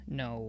no